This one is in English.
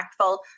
impactful